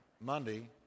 Monday